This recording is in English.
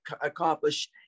accomplish